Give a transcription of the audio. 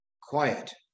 quiet